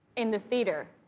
in the theater.